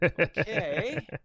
Okay